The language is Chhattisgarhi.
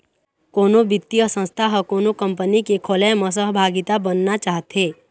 कोनो बित्तीय संस्था ह कोनो कंपनी के खोलय म सहभागिता बनना चाहथे